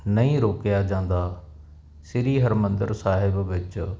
ਨਹੀਂ ਰੋਕਿਆ ਜਾਂਦਾ ਸ੍ਰੀ ਹਰਿਮੰਦਰ ਸਾਹਿਬ ਵਿੱਚ